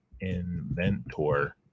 inventor